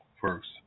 first